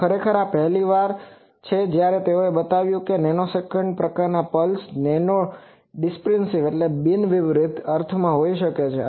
ખરેખર આ પહેલીવાર છે જ્યારે તેઓએ બતાવ્યું છે કે નેનોસેકન્ડ પ્રકારની પલ્સ નોન ડીસ્પ્રેસીવ Non Dipressiveબિન વિતરિત અર્થમાં હોઈ શકે છે